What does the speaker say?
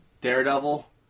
Daredevil